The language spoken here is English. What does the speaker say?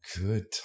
good